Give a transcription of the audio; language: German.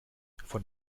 von